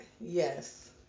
yes